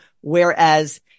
whereas